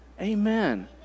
Amen